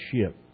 ship